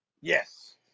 Yes